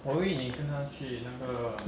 but it's just interesting taste lah 因为可以 try everything